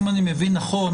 אם אני מבין נכון